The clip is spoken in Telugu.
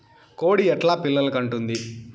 కోడి ఎట్లా పిల్లలు కంటుంది?